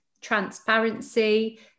transparency